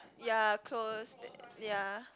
ya close ya